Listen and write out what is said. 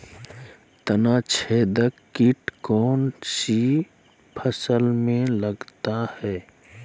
तनाछेदक किट कौन सी फसल में लगता है?